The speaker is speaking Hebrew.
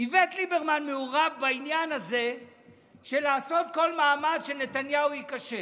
איווט ליברמן מעורב בעניין הזה של לעשות כל מאמץ שנתניהו ייכשל.